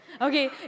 okay